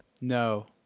no